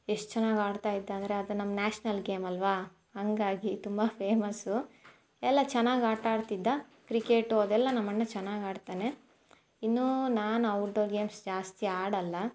ಎಷ್ಟು ಚೆನ್ನಾಗಿ ಆಡ್ತಾಯಿದ್ದ ಅಂದರೆ ಅದು ನಮ್ಮ ನ್ಯಾಷ್ನಲ್ ಗೇಮ್ ಅಲ್ಲವಾ ಹಾಗಾಗಿ ತುಂಬ ಫೇಮಸ್ಸು ಎಲ್ಲ ಚೆನ್ನಾಗಿ ಆಟಾಡ್ತಿದ್ದ ಕ್ರಿಕೆಟು ಅದೆಲ್ಲ ನಮ್ಮ ಅಣ್ಣ ಚೆನ್ನಾಗಿ ಆಡ್ತಾನೆ ಇನ್ನು ನಾನು ಔಟ್ಡೋರ್ ಗೇಮ್ಸ್ ಜಾಸ್ತಿ ಆಡೋಲ್ಲ